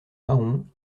mahon